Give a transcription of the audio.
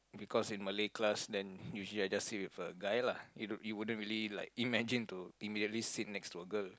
cause in Malay class then usually I sit with a guy lah it wouldn't it wouldn't be really be like imagine to sit next to a girl